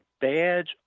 badge